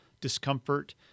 discomfort